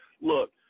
Look